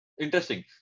Interesting